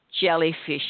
jellyfish